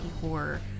Horror